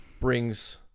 brings